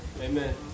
Amen